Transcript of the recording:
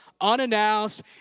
unannounced